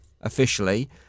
officially